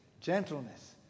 gentleness